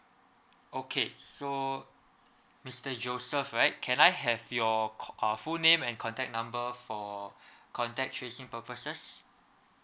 okay so mister joseph right can I have your co~ uh full name and contact number for contact tracing purposes